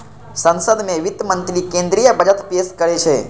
संसद मे वित्त मंत्री केंद्रीय बजट पेश करै छै